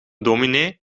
dominee